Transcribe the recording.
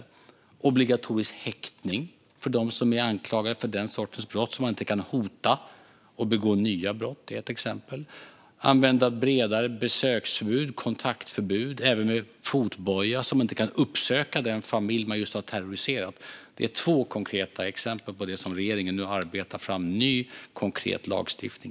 Vi vill se obligatorisk häktning av den som är anklagad för den sortens brott, så att man inte kan hota och begå nya brott. Det är ett exempel. Vi vill ha bredare besöksförbud och kontaktförbud, även med fotboja, så att man inte kan uppsöka den familj man just har terroriserat. Det är två konkreta exempel på frågor där regeringen nu arbetar fram ny, konkret lagstiftning.